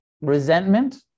Resentment